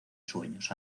sueños